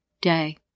day